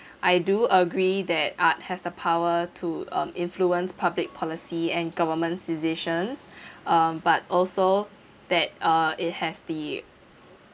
I do agree that art has a power to um influence public policy and government decision um but also that uh it has be